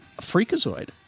Freakazoid